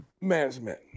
management